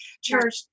church